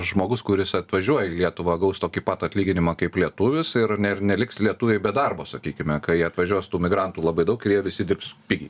žmogus kuris atvažiuoja į lietuvą gaus tokį pat atlyginimą kaip lietuvis ir ne ir neliks lietuviai be darbo sakykime kai jie atvažiuos tų migrantų labai daug ir jie visi dirbs pigiai